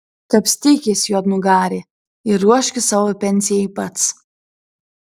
kapstykis juodnugari ir ruoškis savo pensijai pats